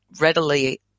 readily